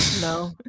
No